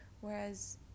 whereas